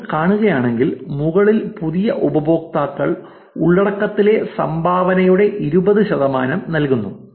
നിങ്ങൾ കാണുകയാണെങ്കിൽ മുകളിൽ പുതിയ ഉപയോക്താക്കൾ ഉള്ളടക്കത്തിലെ സംഭാവനയുടെ ഇരുപത് ശതമാനം നൽകുന്നു